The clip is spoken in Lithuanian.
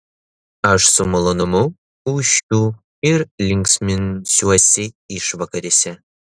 aš su malonumu ūšiu ir linksminsiuosi išvakarėse